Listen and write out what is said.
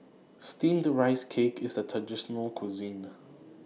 Steamed Rice Cake IS A Traditional Local Cuisine